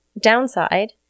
downside